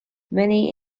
many